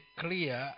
clear